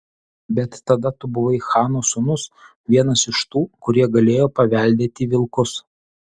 bet tada tu buvai chano sūnus vienas iš tų kurie galėjo paveldėti vilkus